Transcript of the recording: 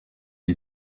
lui